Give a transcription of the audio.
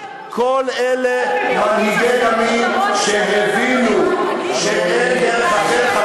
כל אלה מנהיגי ימין שהבינו שאין דרך אחרת,